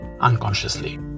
unconsciously